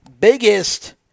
biggest